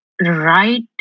right